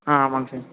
ஆ ஆமாங்க சார்